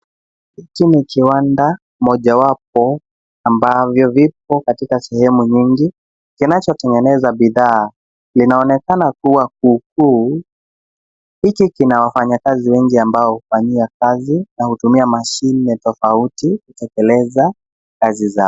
Hiki ni kiwanda moja wapo ambavyo vipo katika sehemu nyingi kinachotengeneza bidhaa. Linaonekana kuwa kukuu ,hiki kina wafanyikazi wengi ambao hufanyia kazi na kutumia mshine tofauti kutekeleza kazi zao.